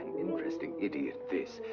interesting idiot, this.